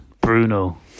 Bruno